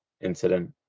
incident